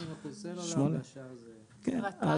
80% זה סלולר והשאר זה --- אנחנו